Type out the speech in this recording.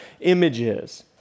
images